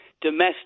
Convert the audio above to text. domestic